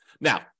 Now